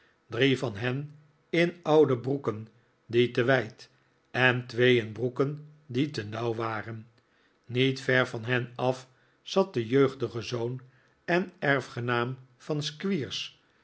drie van hen in oude broeken die te wijd en twee in broeken die te nauw waren niet ver van hen af zat de jeugdige zoon en erfgenaam van